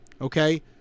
okay